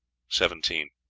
seventeen.